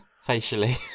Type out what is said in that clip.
facially